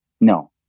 No